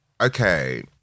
okay